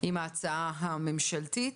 עם ההצעה הממשלתית.